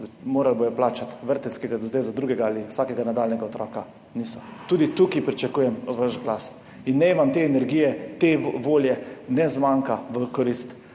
morali bodo plačati vrtec, ki ga do zdaj za drugega ali vsakega nadaljnjega otroka niso. Tudi tukaj pričakujem vaš glas. Naj vam te energije, te volje ne zmanjka v korist